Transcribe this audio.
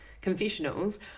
confessionals